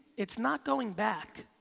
it's not going back.